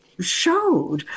showed